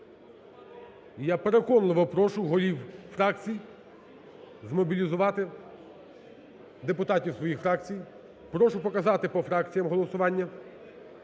я переконливо прошу голів фракцій змобілізувати депутатів своїх фракцій. Прошу показати по фракціям голосування.